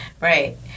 right